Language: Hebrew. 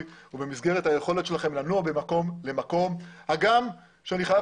ובמסגרת היכולת שלכם לנוע ממקום למקום הגם שאני חייב